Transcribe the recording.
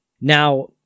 now